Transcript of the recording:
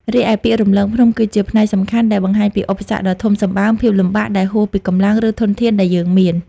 រីឯពាក្យ រំលងភ្នំ គឺជាផ្នែកសំខាន់ដែលបង្ហាញពីឧបសគ្គដ៏ធំសម្បើម ភាពលំបាកដែលហួសពីកម្លាំង ឬធនធានដែលយើងមាន។